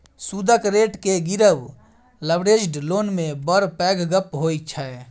सुदक रेट केँ गिरब लबरेज्ड लोन मे बड़ पैघ गप्प होइ छै